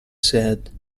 said